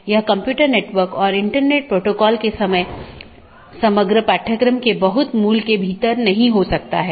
BGP या border gateway protocol बाहरी routing protocol है जो ऑटॉनमस सिस्टमों के पार पैकेट को सही तरीके से रूट करने में मदद करता है